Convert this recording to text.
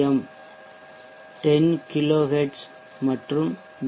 M 10 kilohertz மற்றும் we